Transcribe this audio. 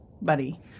buddy